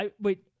Wait